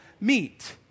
meet